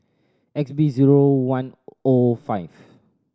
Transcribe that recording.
X B zero one O five